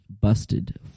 busted